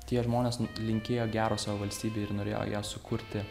tie žmonės linkėjo gero savo valstybei ir norėjo ją sukurti